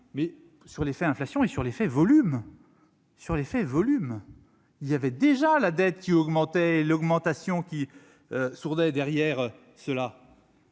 et sur l'effet volume sur l'effet volume, il y avait déjà la dette. Qui augmentaient l'augmentation qui sourde est derrière cela.